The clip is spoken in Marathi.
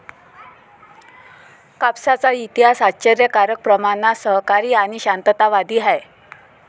कापसाचा इतिहास आश्चर्यकारक प्रमाणात सहकारी आणि शांततावादी आहे